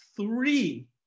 three